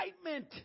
excitement